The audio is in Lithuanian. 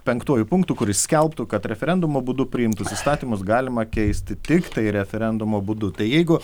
penktuoju punktu kuris skelbtų kad referendumo būdu priimtus įstatymus galima keisti tiktai referendumo būdu tai jeigu